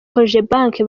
kojebanke